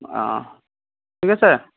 অঁ ঠিক আছে